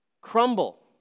crumble